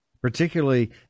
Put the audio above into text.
particularly